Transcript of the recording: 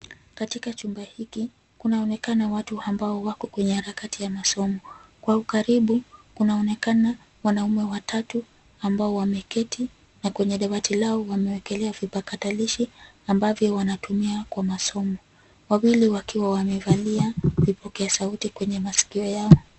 Katika chumba hiki, kunaonekana watu ambao wako kwenye harakati ya masomo. Kwa ukaribu, kunaonekana wanaume watatu ambao wameketi na kwenye debati lao wamewekelea vipakatalishi ambavyo wanatumia kwa masomo. Wawili wakiwa wamevalia vipokea sauti kwenye masikio yao.